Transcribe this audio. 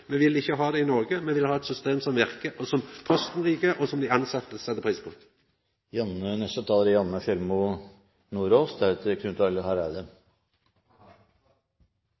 me seier nei til eit system som ikkje verkar i EU. Me vil ikkje ha det i Noreg – me vil ha eit system som verkar, som Posten likar, og som dei tilsette set pris på.